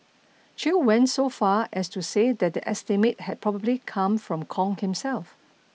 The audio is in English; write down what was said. Chew went so far as to say that the estimate had probably come from Kong himself